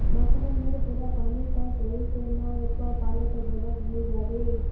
मखाने नेर पौधा पानी त सही से ना रोपवा पलो ते बर्बाद होय जाबे